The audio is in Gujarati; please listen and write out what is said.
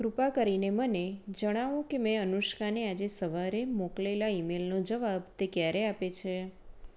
કૃપા કરીને મને જણાવો કે મેં અનુષ્કાને આજે સવારે મોકલેલા ઈમેલનો જવાબ તે ક્યારે આપે છે